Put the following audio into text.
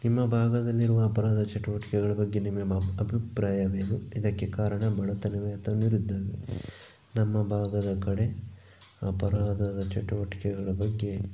ನಿಮ್ಮ ಭಾಗದಲ್ಲಿರುವ ಅಪರಾಧ ಚಟುವಟಿಕೆಗಳ ಬಗ್ಗೆ ನಿಮ್ಮ ಅಭಿಪ್ರಾಯವೇನು ಇದಕ್ಕೆ ಕಾರಣ ಬಡತನವೇ ಅಥವಾ ನಿರುದ್ಯೋಗ ನಮ್ಮ ಭಾಗದ ಕಡೆ ಅಪರಾಧದ ಚಟುವಟಿಕೆಗಳ ಬಗ್ಗೆ